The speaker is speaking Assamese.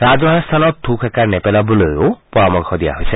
ৰাজহুৱা স্থানত থু খেকাৰ নেপেলাবলৈয়ো পৰামৰ্শ দিয়া হৈছে